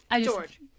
George